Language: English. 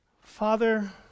Father